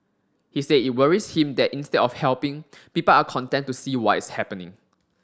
he said it worries him that instead of helping people are content to see what is happening